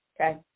Okay